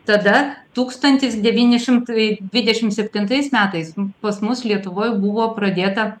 tada tūkstantis devyni šimtai dvidešim septintais metais pas mus lietuvoj buvo pradėta